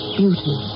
beauty